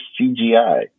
CGI